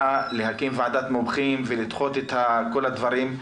להקים ועדת מומחים ולדחות את כל הדברים,